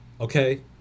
Okay